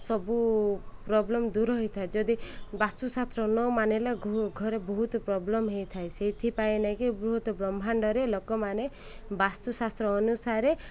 ସବୁ ପ୍ରବ୍ଲେମ୍ ଦୂର ହେଇଥାଏ ଯଦି ବାସ୍ତୁଶାସ୍ତ୍ର ନ ମାନିଲ ଘରେ ବହୁତ ପ୍ରୋବ୍ଲେମ ହେଇଥାଏ ସେଇଥିପାଇଁ ନାଇଁକି ବହୁତ ବ୍ରହ୍ମାଣ୍ଡରେ ଲୋକମାନେ ବାସ୍ତୁଶାସ୍ତ୍ର ଅନୁସାରେ